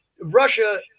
Russia